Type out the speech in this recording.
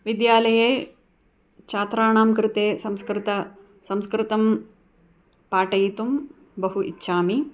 विद्यालये छात्राणां कृते संस्कृत संस्कृतं पाठयितुं बहु इच्छामि